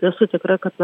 esu tikra kad